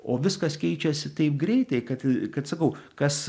o viskas keičiasi taip greitai kad kad sakau kas